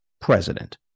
president